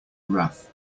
wrath